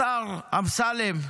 השר אמסלם,